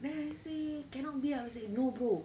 when I say cannot ah will say no bro